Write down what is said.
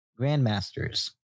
Grandmasters